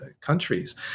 countries